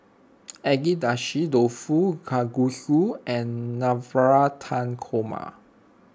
Agedashi Dofu Kalguksu and Navratan Korma